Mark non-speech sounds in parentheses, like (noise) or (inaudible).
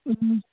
(unintelligible)